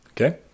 okay